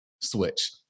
switch